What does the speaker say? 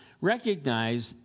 recognize